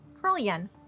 trillion